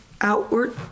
outward